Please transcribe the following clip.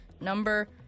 number